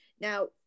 Now